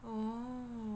oh